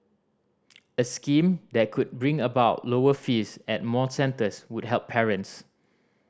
a scheme that could bring about lower fees at more centres would help parents